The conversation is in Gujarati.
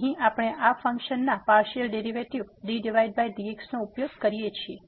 અહીં આપણે આ ફંક્શનના પાર્સીઅલ ડેરીવેટીવ ddx નો ઉપયોગ કરીએ છીએ